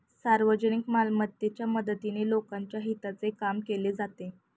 सार्वजनिक मालमत्तेच्या मदतीने लोकांच्या हिताचे काम केले जाते